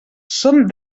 són